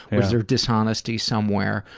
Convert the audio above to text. was there dishonesty somewhere?